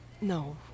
No